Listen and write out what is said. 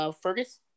Fergus